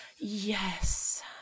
Yes